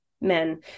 men